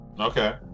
Okay